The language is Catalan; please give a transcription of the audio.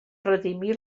redimir